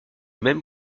même